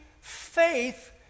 faith